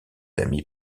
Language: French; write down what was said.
amis